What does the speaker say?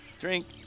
Drink